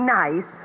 nice